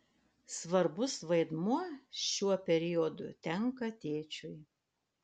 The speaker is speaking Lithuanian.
svarbus vaidmuo šiuo periodu tenka tėčiui